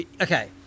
okay